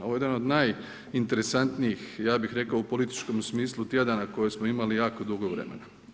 Ovo je jedan od najinteresantnijih ja bi rekao u političkom smislu, tjedana koje nismo imali jako dugo vremena.